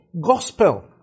Gospel